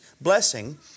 blessing